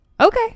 Okay